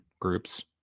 groups